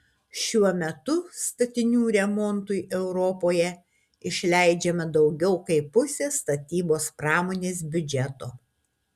šiuo metu statinių remontui europoje išleidžiama daugiau kaip pusė statybos pramonės biudžeto